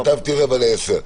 כמה בונוס?